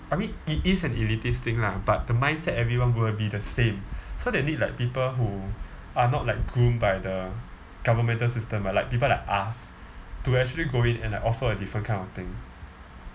I mean it is an elitist thing lah but the mindset everyone will be the same so they need like people who are not like groomed by the governmental system like people like us to actually go in and like offer a different kind of thing